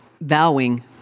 vowing